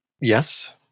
Yes